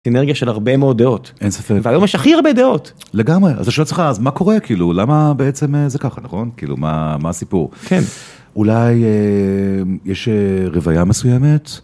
אנרגיה של הרבה מאוד דעות, והיום יש הכי הרבה דעות, לגמרי אז מה קורה כאילו למה בעצם זה ככה נכון כאילו מה הסיפור כן אולי יש רוויה מסוימת.